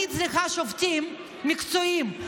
אני צריכה שופטים מקצועיים,